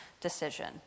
decision